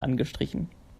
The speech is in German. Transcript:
angestrichen